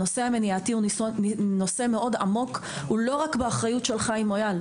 הנושא המניעתי הוא נושא מאוד עמוק והוא לא רק באחריות של חיים מויאל,